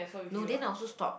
no then I also stop